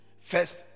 First